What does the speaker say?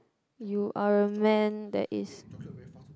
you are a man that is